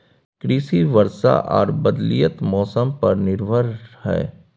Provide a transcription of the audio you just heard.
कृषि वर्षा आर बदलयत मौसम पर निर्भर हय